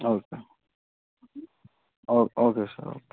okay okay okay sir okay